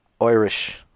Irish